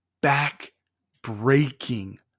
back-breaking